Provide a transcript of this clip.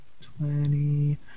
Twenty